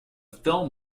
film